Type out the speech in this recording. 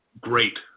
great